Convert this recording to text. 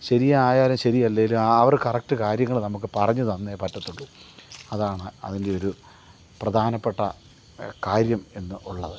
ശരിയായാലും ശരിയല്ലേലും ആ ഒരു കറക്റ്റ് കാര്യങ്ങള് നമുക്ക് പറഞ്ഞ് തന്നേ പറ്റത്തുള്ളൂ അതാണ് അതിൻ്റെയൊരു പ്രധാനപ്പെട്ട കാര്യം എന്ന് ഉള്ളത്